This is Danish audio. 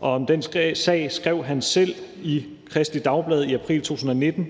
og om den sag skrev i Kristeligt Dagblad i april 2019: